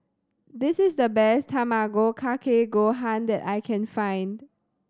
this is the best Tamago Kake Gohan that I can find